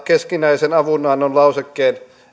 keskinäisen avunannon lausekkeen